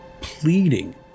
pleading